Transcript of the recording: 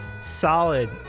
solid